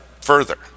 further